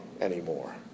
Anymore